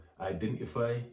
identify